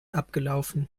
abgelaufen